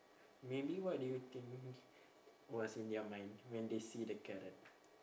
maybe what do you think was in their mind when they see the carrot